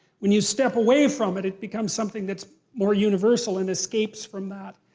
when you step away from it, it becomes something that's more universal and escapes from that.